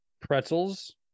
Pretzels